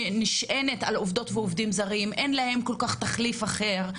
נשענת על עובדות ועובדים זרים שאין להם תחליף אחר,